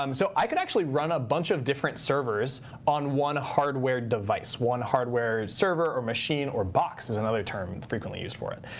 um so i could actually run a bunch of different servers on one hardware device, one hardware server or machine or box is another term frequently used for it.